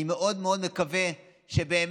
אני מאוד מאוד מקווה שבאמת,